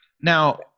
now